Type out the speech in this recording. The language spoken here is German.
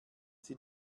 sie